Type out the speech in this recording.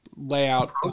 layout